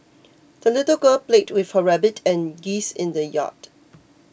the little girl played with her rabbit and geese in the yard